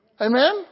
Amen